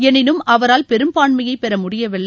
எனினும் அவரால் பெரும்பான்மையை பெற முடியவில்லை